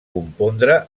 compondre